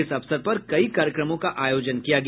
इस अवसर पर कई कार्यक्रमों का आयोजन किया गया